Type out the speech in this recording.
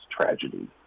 tragedy